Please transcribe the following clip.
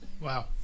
Wow